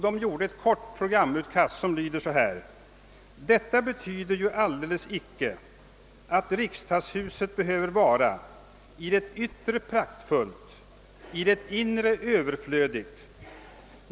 Det var ett kort programutkast som hade följande lydelse: »Detta betyder ju alldeles icke att riksdagshuset behöfver vara i det yttre praktfullt, i det inre öfverflödigt.